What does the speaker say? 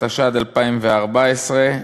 התשע"ד 2014,